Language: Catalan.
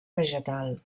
vegetal